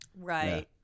right